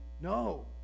No